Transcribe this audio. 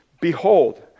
Behold